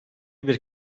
bir